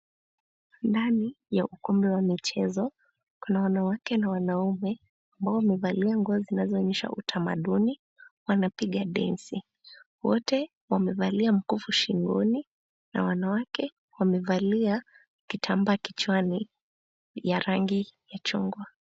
Ndani ya ukumbi wa michezo, kuna wanawake na wanaume ambao wamevalia nguo zinazo onyesha utamaduni wanapiga dansi. Wote wamevalia mkufu shingoni na wanawake wamevalia kitambaa kichwani ya rangi ya chungwa.